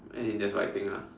as in that's what I think lah